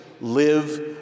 live